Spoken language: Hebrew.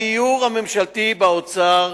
הדיור הממשלתי באוצר